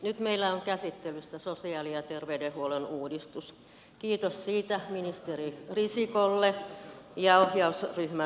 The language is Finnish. nyt meillä on käsittelyssä sosiaali ja terveydenhuollon uudistus kiitos siitä ministeri risikolle ja ohjausryhmän jäsenille